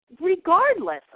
regardless